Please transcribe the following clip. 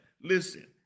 Listen